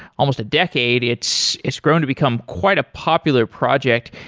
almost a decade, it's it's grown to become quite a popular project.